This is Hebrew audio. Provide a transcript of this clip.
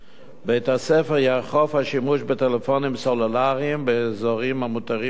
בית-הספר יאכוף את השימוש בטלפונים סלולריים באזורים המותרים בלבד.